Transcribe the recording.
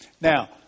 Now